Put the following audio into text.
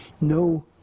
No